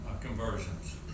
conversions